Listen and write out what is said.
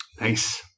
Nice